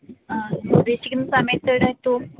ആ നമ്മള് ഉദ്ദേശിക്കുന്ന സമയത്തു ഇവിടെ എത്തുമോ